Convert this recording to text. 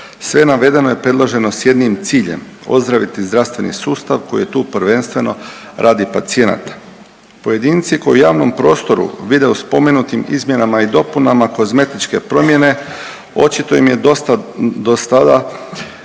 Sve navedeno je predloženo s jednim ciljem. Ozdraviti zdravstveni sustav koji je tu prvenstveno radi pacijenata. Pojedinci koji u javnom prostoru vide u spomenutim izmjenama i dopunama kozmetičke promjene očito im je dosta dosada